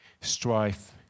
strife